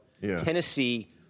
Tennessee